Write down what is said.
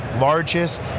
largest